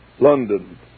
London